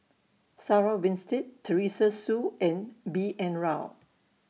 Sarah Winstedt Teresa Hsu and B N Rao